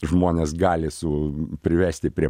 žmones gali su privesti prie